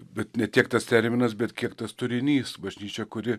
bet ne tiek tas terminas bet kiek tas turinys bažnyčia kuri